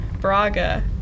Braga